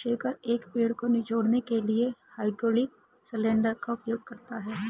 shaker, एक पेड़ को निचोड़ने के लिए हाइड्रोलिक सिलेंडर का उपयोग करता है